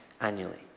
annually